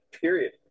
period